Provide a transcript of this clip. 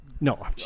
No